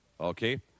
okay